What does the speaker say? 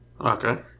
Okay